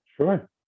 Sure